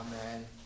Amen